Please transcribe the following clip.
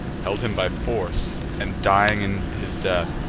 held him by force and, dying in his death,